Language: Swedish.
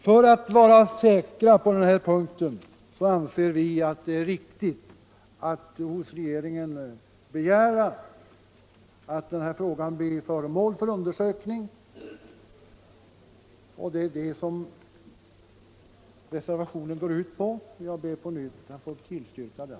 Vi har ansett det vara riktigt att för säkerhets skull hos regeringen begära att frågan om standardsäkringen blir föremål för undersökning, och det är det som reservationen syftar till. Jag ber på nytt att få tillstyrka den.